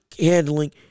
handling